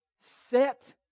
Set